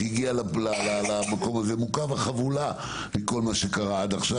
שהגיעה למקום הזה מוכה וחבולה מכל מה שקרה עד עכשיו,